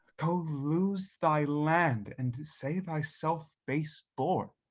go lose thy land, and say thyself base borne?